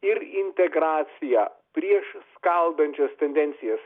ir integraciją prieš skaldančias tendencijas